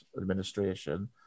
administration